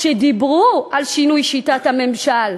שדיברו על שינוי שיטת הממשל.